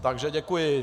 Takže děkuji.